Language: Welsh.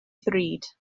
ddrud